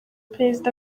perezida